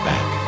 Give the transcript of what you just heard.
Back